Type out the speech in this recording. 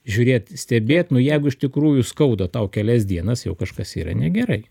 žiūrėti stebėt nu jeigu iš tikrųjų skauda tau kelias dienas jau kažkas yra negerai